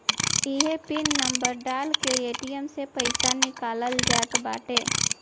इहे pin number डाल के ए.टी.एम से पईसा निकालल जात बाटे